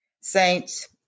saints